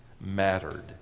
mattered